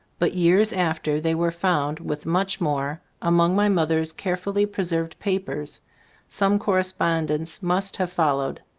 but years after they were found with much more among my mother's care fully preserved papers some corre spondence must have followed.